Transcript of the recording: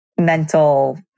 mental